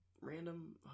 random